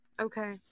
Okay